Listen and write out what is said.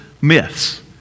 myths